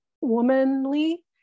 womanly